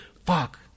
fuck